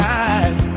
eyes